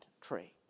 tree